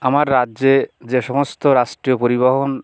আমার রাজ্যে যে সমস্ত রাষ্টীয় পরিবহন